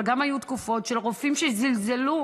אבל היו גם תקופות של רופאים שזלזלו